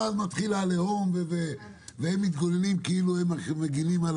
ואז מתחיל עליהום והם מתגוננים כאילו הם מגנים על